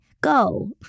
Go